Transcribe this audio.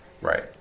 Right